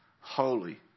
holy